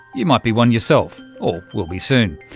you might be one yourself, or will be soon.